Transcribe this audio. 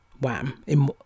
Wham